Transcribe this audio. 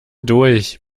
durch